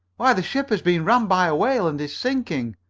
why, the ship has been rammed by a whale and is sinking.